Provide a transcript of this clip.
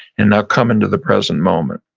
and now come into the present moment.